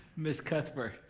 miss cuthbert?